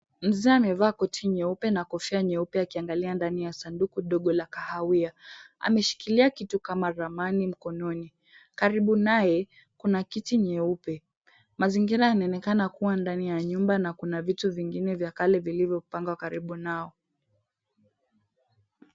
Mzee amevaa koti nyeupe na kofia nyeupe akiangalia ndani ya sanduku dogo la kahawia, ameshikilia kitu kama ramani mkononi, karibu naye kuna kiti nyeupe. Mazingira yanaonekana kuwa ndani ya nyumba na kuna vitu vingine vya kale vilivyopangwa karibu nao.